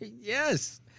Yes